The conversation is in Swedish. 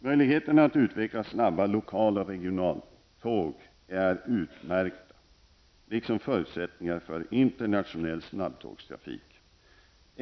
Möjligheterna att utveckla snabba lokal och regionaltåg är utmärkta, liksom förutsättningarna för internationell snabbtågstrafik.